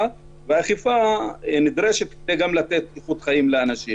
ואכיפה נדרשת גם כדי לתת איכות חיים לאנשים.